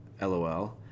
lol